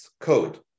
code